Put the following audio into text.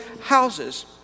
houses